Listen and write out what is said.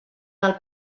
del